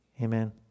Amen